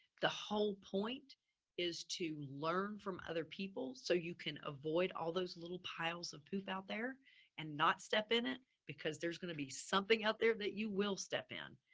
the whole point is to learn from other people so you can avoid all those little piles of poop out there and not step in it because there's going to be something out there that you will step in.